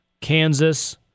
Kansas